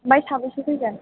ओमफ्राय साबेसे फैगोन